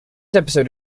episode